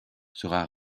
sera